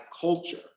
culture